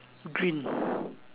green